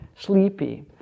Sleepy